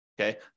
okay